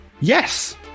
yes